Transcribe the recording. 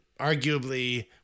Arguably